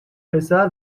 پسر